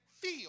feel